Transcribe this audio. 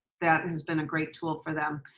that has been a great tool for them.